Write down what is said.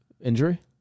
Injury